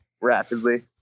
rapidly